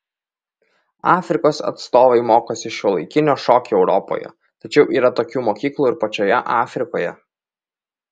afrikos atstovai mokosi šiuolaikinio šokio europoje tačiau yra tokių mokyklų ir pačioje afrikoje